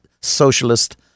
socialist